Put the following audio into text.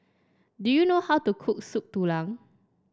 do you know how to cook Soup Tulang